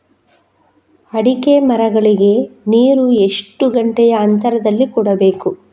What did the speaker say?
ಅಡಿಕೆ ಮರಗಳಿಗೆ ನೀರು ಎಷ್ಟು ಗಂಟೆಯ ಅಂತರದಲಿ ಕೊಡಬೇಕು?